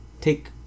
Take